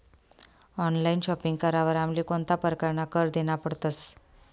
Online shopping करावर आमले कोणता परकारना कर देना पडतस?